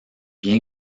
bien